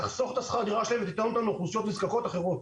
היא תחסוך את שכר הדירה שלהם ותיתן את זה לאוכלוסיות נזקקות אחרות,